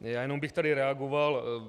Já jenom bych tady reagoval.